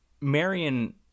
Marion